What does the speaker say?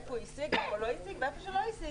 איפה השיג ואיפה לא השיג.